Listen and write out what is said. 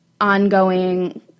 ongoing